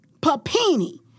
Papini